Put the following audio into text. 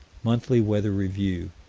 monthly weather review,